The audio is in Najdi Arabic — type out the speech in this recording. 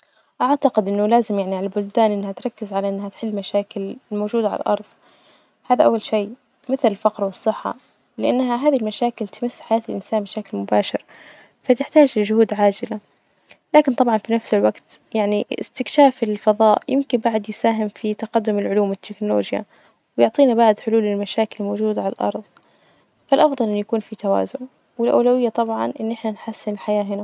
أعتقد إنه لازم يعني على البلدان إنها تركز على إنها تحل مشاكل الموجودة على الأرض، هذا أول شي مثل الفقر والصحة لإنها هذي المشاكل تمس حياة الإنسان بشكل مباشر فتحتاج لجهود عاجلة، لكن طبعا في نفس الوجت يعني إستكشاف الفضاء يمكن بعد يساهم في تقدم العلوم والتكنولوجيا، ويعطينا بعد حلول للمشاكل الموجودة على الأرض، فالأفضل إنه يكون فيه توازن، والأولوية طبعا إن إحنا نحسن الحياة هنا.